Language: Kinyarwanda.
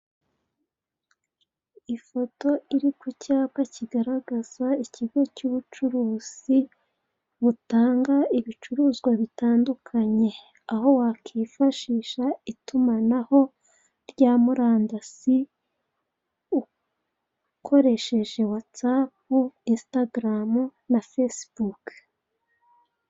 Ifoto iri ku cyapa kigaragaza ikigo cy'ubucuruzi butanga ibicuruzwa bitandukanye, aho wakwifashisha itumanaho rya murandasi ukoresheje watsapu, insitagaramu na fesibuke.